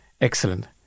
Excellent